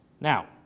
Now